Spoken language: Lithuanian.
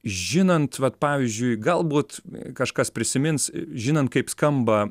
žinant vat pavyzdžiui galbūt kažkas prisimins žinant kaip skamba